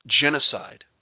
genocide